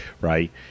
right